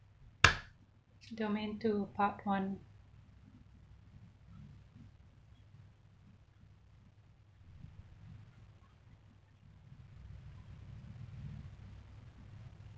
domain two part one